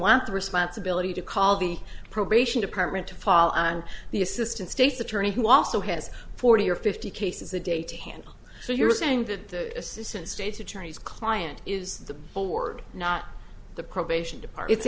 want the responsibility to call the probation department to fall on the assistant state's attorney who also has forty or fifty cases a day to handle so you're saying that the assistant state's attorney's client is the board not the probation depart it's